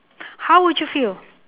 how would you feel